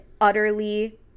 utterly